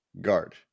guard